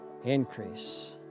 Increase